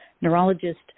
neurologist